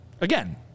Again